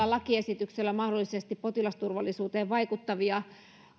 lakiesityksessä mahdollisesti potilasturvallisuuteen vaikuttavia